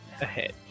ahead